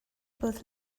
both